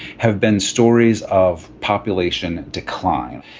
have been stories of population decline.